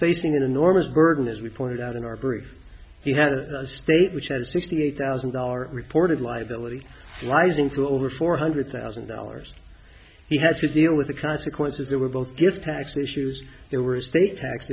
facing an enormous burden as we pointed out in our group he had a state which has sixty eight thousand dollars reported liability rising to over four hundred thousand dollars he had to deal with the consequences that were both gift tax issues there were estate tax